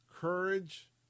Courage